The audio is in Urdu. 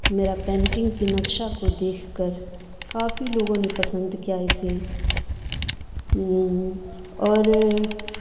میرا پینٹنگ کی نقشہ کو دیکھ کر کافی لوگوں نے پسند کیا اسے اور